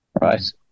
right